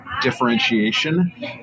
differentiation